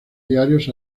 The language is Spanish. diarios